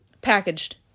packaged